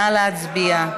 נא להצביע.